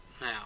Now